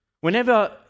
Whenever